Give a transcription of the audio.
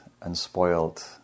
unspoiled